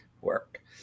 work